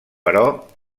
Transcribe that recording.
però